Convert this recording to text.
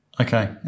Okay